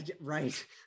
right